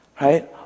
right